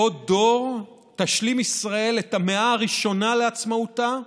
בעוד דור תשלים ישראל את המאה הראשונה לעצמאותה,